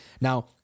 Now